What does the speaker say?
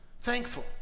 Thankful